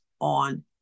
on